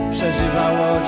Przeżywało